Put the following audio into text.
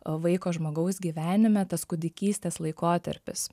vaiko žmogaus gyvenime tas kūdikystės laikotarpis